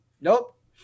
nope